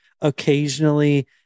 occasionally